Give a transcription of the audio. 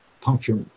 puncture